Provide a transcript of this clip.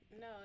No